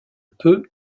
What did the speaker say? peu